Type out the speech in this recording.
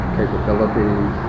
capabilities